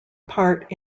part